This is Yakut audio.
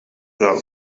ыал